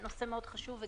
הנושא חשוב מאוד,